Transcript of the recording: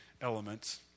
elements